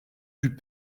plus